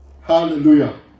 Hallelujah